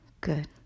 Good